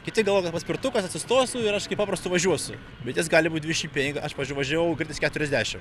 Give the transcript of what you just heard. kiti galvoja kad paspirtukas atsistosiu ir aš kaip paprastu važiuosiu bet jos gali būt dvidešimt penki aš pavyzdžiui važiavau kartais keturiasdešimt